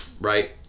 right